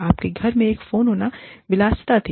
आपके घर में एक फोन होना एक विलासिता लक्जरी थी